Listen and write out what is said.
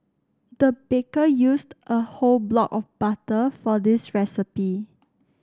the baker used a whole block of butter for this recipe